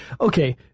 okay